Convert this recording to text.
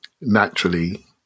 naturally